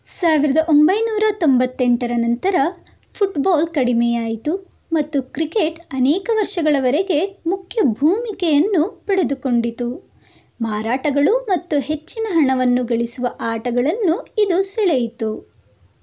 ಸಾವಿರದ ಒಂಬೈನೂರ ತೊಂಬತ್ತೆಂಟರ ನಂತರ ಫುಟ್ಬಾಲ್ ಕಡಿಮೆಯಾಯಿತು ಮತ್ತು ಕ್ರಿಕೆಟ್ ಅನೇಕ ವರ್ಷಗಳವರೆಗೆ ಮುಖ್ಯ ಭೂಮಿಕೆಯನ್ನು ಪಡೆದುಕೊಂಡಿತು ಮಾರಾಟಗಳು ಮತ್ತು ಹೆಚ್ಚಿನ ಹಣವನ್ನು ಗಳಿಸುವ ಆಟಗಳನ್ನು ಇದು ಸೆಳೆಯಿತು